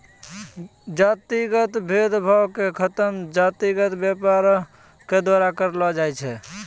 जातिगत भेद भावो के खतम जातिगत व्यापारे के द्वारा करलो जाय सकै छै